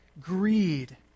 greed